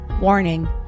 Warning